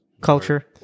culture